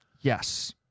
Yes